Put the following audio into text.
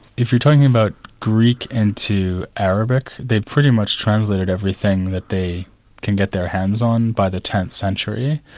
if you're talking about greek into arabic, they'd pretty much translated everything that they can get their hands on by the tenth century,